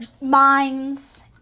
Mines